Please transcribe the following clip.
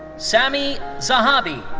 sammy zahabi.